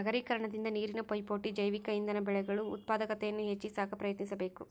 ನಗರೀಕರಣದಿಂದ ನೀರಿನ ಪೈಪೋಟಿ ಜೈವಿಕ ಇಂಧನ ಬೆಳೆಗಳು ಉತ್ಪಾದಕತೆಯನ್ನು ಹೆಚ್ಚಿ ಸಾಕ ಪ್ರಯತ್ನಿಸಬಕು